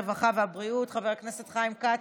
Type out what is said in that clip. הרווחה והבריאות חבר הכנסת חיים כץ,